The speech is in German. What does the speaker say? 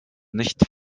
nicht